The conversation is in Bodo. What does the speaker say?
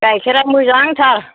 गाइखेरा मोजांथार